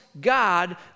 God